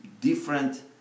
different